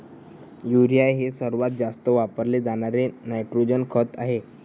urea हे सर्वात जास्त वापरले जाणारे नायट्रोजन खत आहे